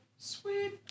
Sweet